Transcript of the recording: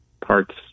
parts